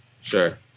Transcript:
Sure